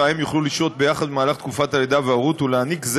האב והאם יוכלו לשהות ביחד במהלך תקופת הלידה וההורות ולהעניק זה